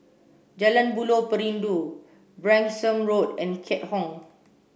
Jalan Buloh Perindu Branksome Road and Keat Hong